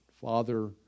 Father